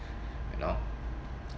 you know